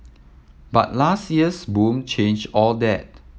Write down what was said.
but last year's boom changed all that